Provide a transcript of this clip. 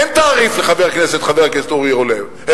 אין תעריף לחבר כנסת, חבר הכנסת אורי אורלב.